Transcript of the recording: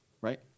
right